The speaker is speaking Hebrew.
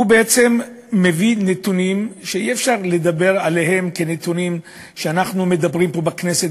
הוא בעצם מביא נתונים שאי-אפשר לדבר עליהם כמו שאנחנו מדברים פה בכנסת,